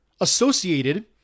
associated